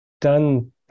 done